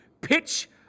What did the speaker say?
Pitch